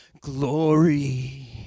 glory